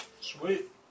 Sweet